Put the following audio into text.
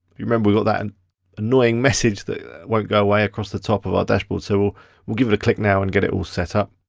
you remember we've got that and annoying message that won't go away across the top of our dashboard, so we'll give it a click now and get it all set up.